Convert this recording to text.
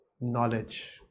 knowledge